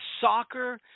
soccer